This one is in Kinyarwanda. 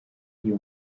iyi